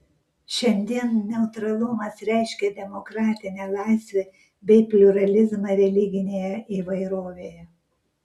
šiandien neutralumas reiškia demokratinę laisvę bei pliuralizmą religinėje įvairovėje